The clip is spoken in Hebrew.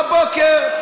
בבוקר,